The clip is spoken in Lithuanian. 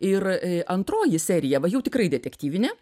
ir antroji serija va jau tikrai detektyvinė